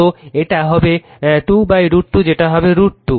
তো এটা হবে 2 √ 2 যেটা হবে √ 2